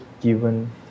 given